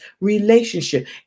relationship